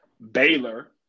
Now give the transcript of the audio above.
Baylor